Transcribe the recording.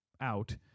out